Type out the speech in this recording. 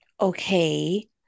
okay